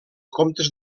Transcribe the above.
comptes